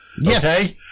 Yes